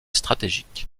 stratégiques